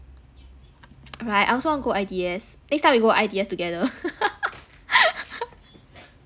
right I also want go I_D_S next time we go I_D_S together